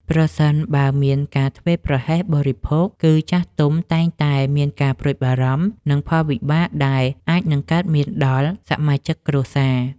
ប្រសិនបើមានការធ្វេសប្រហែសបរិភោគ គឺ ចាស់ទុំតែងតែមានការព្រួយបារម្ភ និងផលវិបាកដែលនឹងអាចកើតមានដល់សមាជិកគ្រួសារ។